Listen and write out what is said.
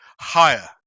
Higher